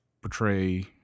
portray